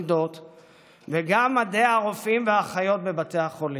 אחידות, וגם מדי הרופאים והאחיות בבתי החולים.